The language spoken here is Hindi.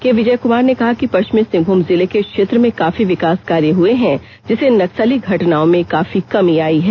के विजय कुमार ने कहा कि पष्चिमी सिंहभूम जिले के क्षेत्र में काफी विकास कार्य हुये हैं जिससे नक्सली घटनाओं में काफी कमी आई है